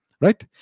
right